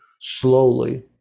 slowly